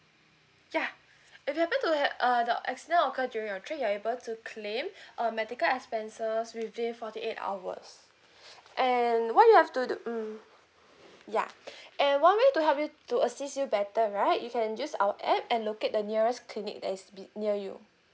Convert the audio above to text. ya if you happened to uh the accident occurred during your trip you're able to claim uh medical expenses within forty eight hours and what you have to do um ya and one way to help you to assist you better right you can use our app and locate the nearest clinic that is be near you